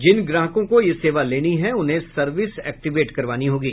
जिन ग्राहकों को यह सेवा लेनी है उन्हें सर्विस एक्टिवेट करवानी होगी